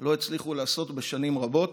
לא הצליחו לעשות בשנים רבות.